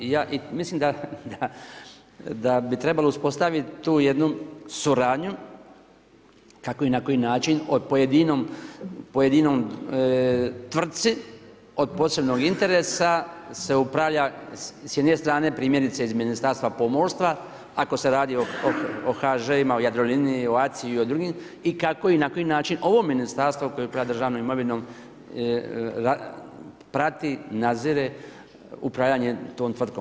Mislim da bi trebalo uspostaviti tu jednu suradnju kako i na koji način o pojedinoj tvrtci od posebnog interesa se upravlja s jedne strane primjerice iz Ministarstva pomorstva ako se radi o HŽ-u, Jadroliniji, o ACI i o drugim i kako i na koji način ovo ministarstvo koje upravlja državnom imovinom prati, nazire upravljanje tom tvrtkom.